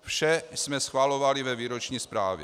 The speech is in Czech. Vše jsme schvalovali ve výroční zprávě.